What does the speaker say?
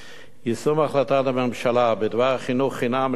יישום החלטת הממשלה בדבר חינוך חינם לגילאי